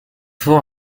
tour